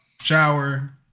shower